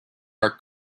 our